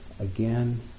Again